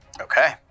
Okay